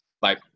Bye